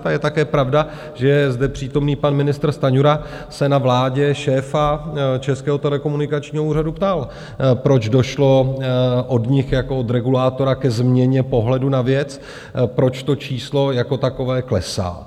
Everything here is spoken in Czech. A je také pravda, že zde přítomný pan ministr Stanjura se na vládě šéfa Českého telekomunikačního úřadu ptal, proč došlo od nich jako od regulátora ke změně pohledu na věc, proč to číslo jako takové klesá.